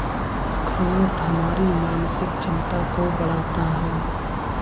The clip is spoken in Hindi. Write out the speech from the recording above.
अखरोट हमारी मानसिक क्षमता को बढ़ाता है